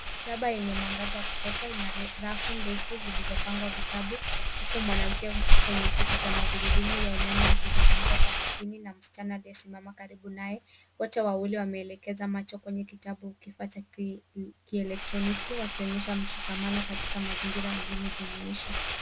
Maktaba yenye mwangaza wa kutosha ina rafu ndefu zilizopangwa vitabu huku mwanamke kwenye kiti cha magurudumu ya umeme akizungumza kwa makini na msichana aliyesimama karibu naye. Wote wawili wameelekeza macho kwenye kitabu kipya cha braille kielektroniki wakionyesha mshikamano katika mazingira ya elimu jumuishi.